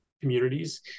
communities